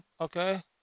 okay